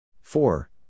four